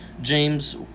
James